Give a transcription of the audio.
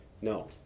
no